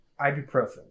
ibuprofen